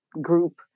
group